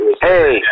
Hey